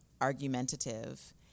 argumentative